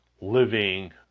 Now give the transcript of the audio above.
living